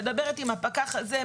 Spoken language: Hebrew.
מדברת עם הפקח הזה,